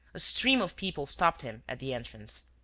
a stream of people stopped him at the entrance.